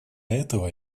этого